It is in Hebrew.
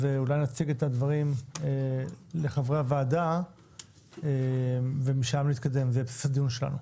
אז אולי נציג את הדברים לחברי הוועדה ומשם נתקדם בסדר הדיון שלנו.